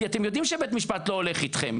כי אתם יודעים שבית משפט לא הולך אתכם.